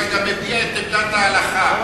אתה גם מביע את עמדת ההלכה.